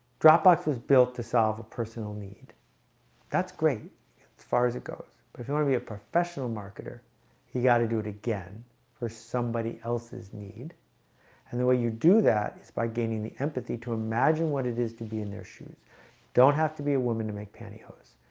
dropbox was built to solve a personal need that's great as far as it goes, but if you want to be a professional marketer you got to do it again for somebody else's need and the way you do that is by gaining the empathy to imagine what it is to be in their shoes don't have to be a woman to make pantyhose.